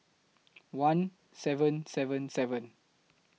one seven seven seven